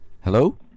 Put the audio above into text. Hello